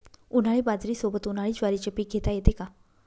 उन्हाळी बाजरीसोबत, उन्हाळी ज्वारीचे पीक घेता येते का?